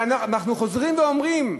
ואנחנו חוזרים ואומרים: